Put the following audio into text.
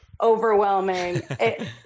overwhelming